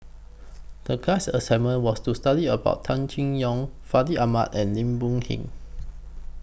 The class assignment was to study about Tan Seng Yong Fandi Ahmad and Lim Boon Heng